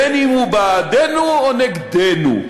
בין שהוא בעדנו ובין שהוא נגדנו.